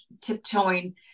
tiptoeing